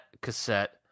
cassette